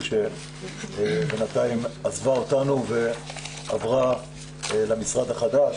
שבינתיים עזבה אותנו ועברה למשרד החדש,